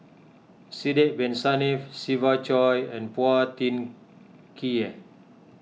Sidek Bin Saniff Siva Choy and Phua Thin Kiay